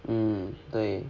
mm 对